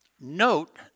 Note